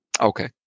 Okay